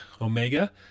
Omega